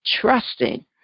trusting